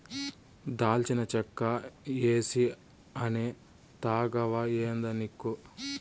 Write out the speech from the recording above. దాల్చిన చెక్క ఏసీ అనే తాగవా ఏందానిక్కు